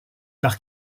par